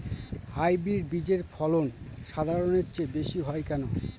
Hybrid বীজের ফলন সাধারণের চেয়ে বেশী হয় কেনো?